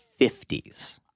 50s